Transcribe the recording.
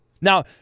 Now